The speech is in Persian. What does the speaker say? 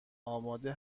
آماده